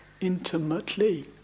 intimately